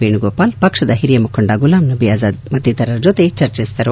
ವೇಣುಗೋಪಾಲ್ ಪಕ್ಷದ ಹಿರಿಯ ಮುಖಂಡ ಗುಲಾಂ ನಬಿ ಅಜಾದ್ ಮತ್ತಿತರರ ಜೊತೆ ಚರ್ಚಿಸಿದರು